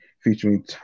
featuring